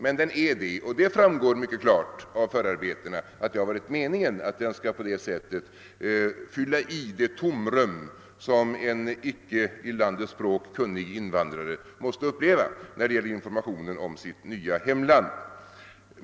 Men den är ändå en ersättning, och det framgick klart av förarbetena att det är meningen att den på detta sätt skall fylla det tomrum som en icke i landets språk kunnig person måste uppleva när det gäller informationen om det nya hemlandet.